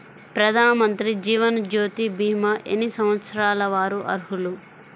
ప్రధానమంత్రి జీవనజ్యోతి భీమా ఎన్ని సంవత్సరాల వారు అర్హులు?